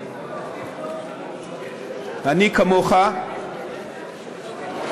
אני, כמוך,